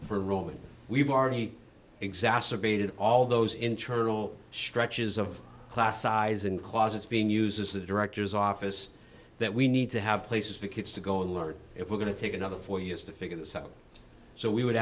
for room and we've already exacerbated all those internal stretches of class size and closets being used as the director's office that we need to have places the kids to go and learn if we're going to take another four years to figure this out so we would